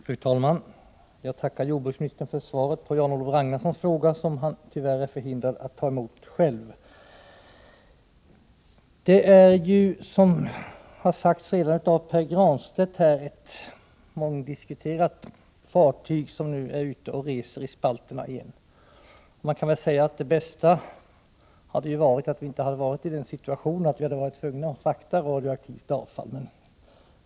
Fru talman! Jag tackar jordbruksministern för svaret på Jan-Olof Ragnarssons fråga, ett svar som han tyvärr är förhindrad att själv ta emot. Som Pär Granstedt redan sagt är det ett mångomdiskuterat fartyg som nu är ute och reser i spalterna igen. Man kan väl säga att det bästa hade varit om vi inte befunnit oss i den situationen att vi är tvungna att frakta radioaktivt avfall.